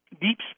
deep